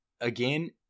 again